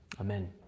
Amen